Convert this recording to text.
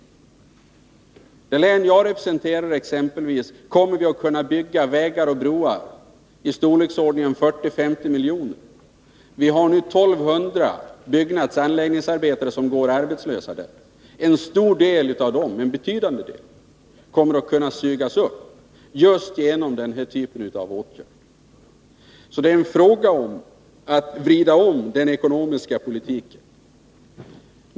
I t.ex. det län jag representerar kommer det att kunna byggas vägar och broar för belopp i storleksordningen 40-50 milj.kr. Där går f.n. 1200 byggnadsoch anläggningsarbetare arbetslösa. En betydande del av dem kommer att kunna sugas upp just genom denna typ av åtgärder. Det är alltså fråga om att vrida om den ekonomiska politiken.